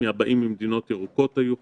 מהבאים ממדינות ירוקות היו חולים.